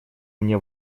мне